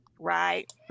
right